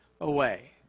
away